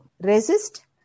resist